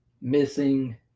Missing